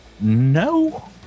no